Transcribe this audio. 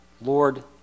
Lord